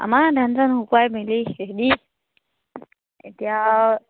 আমাৰ ধানচান শুকুৱাই মেলি এতিয়া